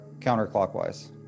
counterclockwise